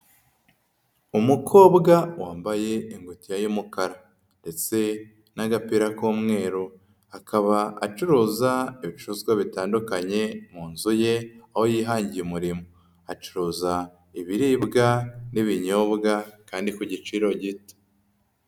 Umukobwa wambaye ingutiya y'umukara ndetse n'agapira k'umweru, akaba acuruza ibicuruzwa bitandukanye mu nzu ye aho yihangiye umurimo, acuruza ibiribwa n'ibinyobwa kandi ku giciro gito.